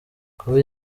kuba